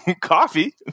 coffee